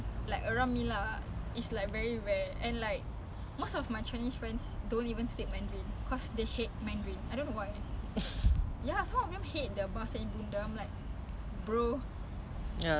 even kita melayu I'm a malay but I'm more to english but now dah rapat balik with all my malay friends start balik lah melayu then now my english pecah